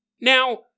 Now